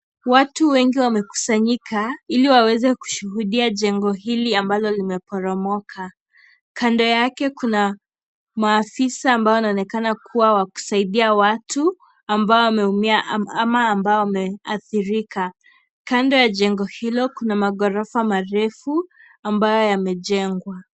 Watu wengi wamekusanyika ili waweze kushuhudia jengo hili ambalo limeporomoka kando yake kuna maafisa ambao wanaonekana wa kusaidia watu wameumia ama ambao wameadhirika .kando ya jengo hilo kuna magorofa marefu ambaye yamejengwa.